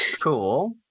cool